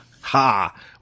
Ha